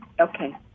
Okay